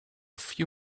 few